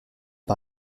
par